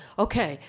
ok,